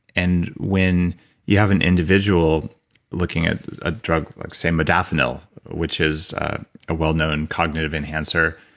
and when you have an individual looking at a drug, like say modafinil, which is a well-known cognitive enhancer,